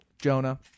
Jonah